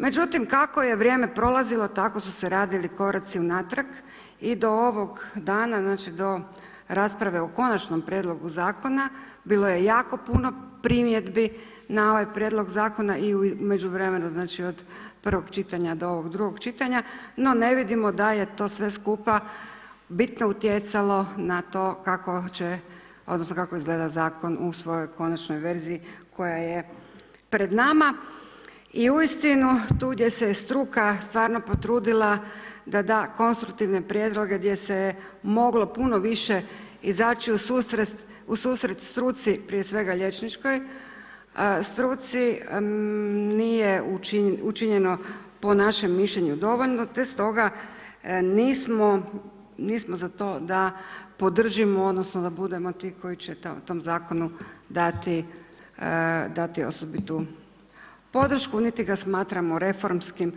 Međutim kako je vrijeme prolazilo, tako su se radili koraci unatrag i do ovog dana, znači do rasprave o konačnom prijedlogu zakona, bilo je jako puno primjedbi na ovaj prijedlog zakona i u međuvremenu, znači od prvog čitanja do ovog drugog čitanja no ne vidimo da je to sve skupa bitno utjecalo na to kako će odnosno kako izgleda zakon u svojoj konačnoj verziji koja je pred nama i uistinu tu gdje se je struka stvarno potrudila da da konstruktivne prijedloge gdje se je moglo puno više izaći u susret struci, prije svega liječničkoj struci, nije učinjeno po našem mišljenju dovoljno te stoga nismo za to podržimo odnosno da budemo ti koji će tom zakonu dati osobitu podršku niti ga smatramo reformskim